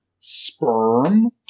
sperm